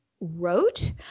wrote